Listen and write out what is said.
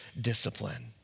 discipline